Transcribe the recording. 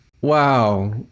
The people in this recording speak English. Wow